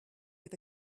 with